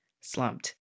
slumped